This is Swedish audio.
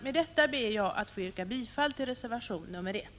Med detta ber jag att få yrka bifall till reservation nr 1.